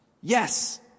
Yes